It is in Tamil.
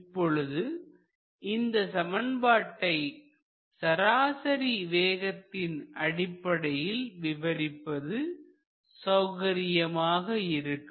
இப்பொழுது இந்த சமன்பாட்டை சராசரி வேகத்தின் அடிப்படையில் விவரிப்பது சௌகரியமாக இருக்கும்